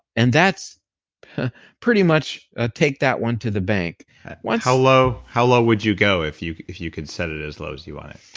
and that's pretty much ah take that one to the bank one how low how low would you go if you if you could set it as low as you want it?